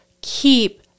keep